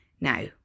now